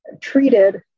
treated